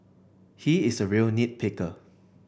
he is a real nit picker